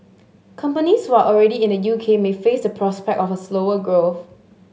companies who are already in the U K may face the prospect of a slower growth